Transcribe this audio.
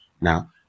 now